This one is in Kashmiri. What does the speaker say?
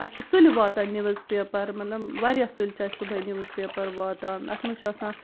اَسہِ چھُ سُلہِ واتان نِوٕز پیپر مطلب واریاہ سُلہِ چھِ اَسہِ صُبحٲے نِوٕز پیپر واتان اَتھ منٛز چھُ آسان